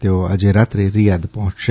તેઓ આજે રાત્રે રિયાદ પહોંચશે